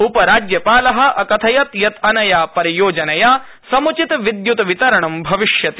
उप राज्यपालः अकथयत् यत् अनया परियोजनया सम्चित विद्यूत् वितरण भविष्यति